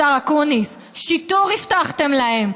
השר אקוניס, שיטור הבטחתם להם.